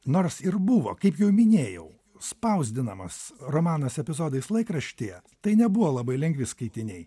nors ir buvo kaip jau minėjau spausdinamas romanas epizodais laikraštyje tai nebuvo labai lengvi skaitiniai